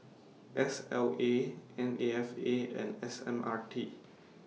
S L A N A F A and S M R T